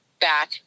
back